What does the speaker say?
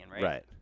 right